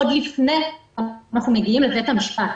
עוד לפני שאנחנו מגיעים לבית המשפט.